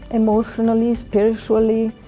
emotionally, spiritually,